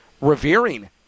revering